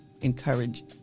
encourage